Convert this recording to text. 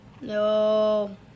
No